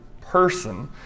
person